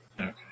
okay